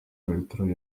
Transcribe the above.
bertrand